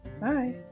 Bye